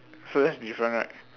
so that's different right